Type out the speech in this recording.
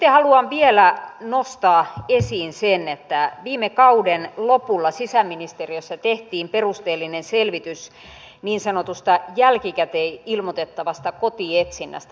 sitten haluan vielä nostaa esiin sen että viime kauden lopulla sisäministeriössä tehtiin perusteellinen selvitys niin sanotusta jälkikäteen ilmoitettavasta kotietsinnästä